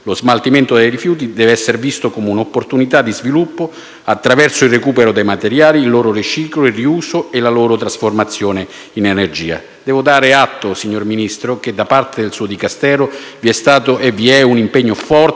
Lo smaltimento dei rifiuti deve essere visto come una opportunità di sviluppo, attraverso il recupero dei materiali, il loro riciclo e riuso, e la loro trasformazione in energia. Devo dare atto, signor Ministro, che da parte del suo Dicastero vi è stato e vi è un impegno forte